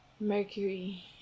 Mercury